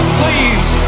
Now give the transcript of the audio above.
please